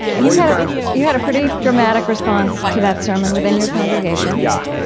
and your your conscience you had a pretty dramatic response to that sermon within your congregation yeah.